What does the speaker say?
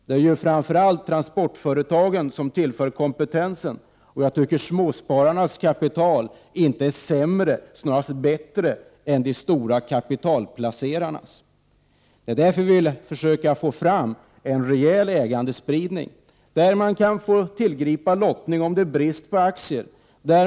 Det är framför allt transportföretagen som tillför kompetensen, och jag tycker att småspararnas kapital inte är sämre, snarast bättre än de stora kapitalplacerarnas. Det är därför vi vill försöka få fram en rejäl ägandespridning. Man kan få tillgripa lottning om det är brist på aktier.